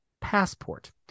passport